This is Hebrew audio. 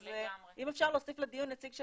אז אם אפשר להוסיף לדיון נציג של